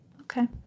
okay